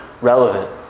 relevant